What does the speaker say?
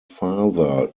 father